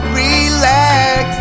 relax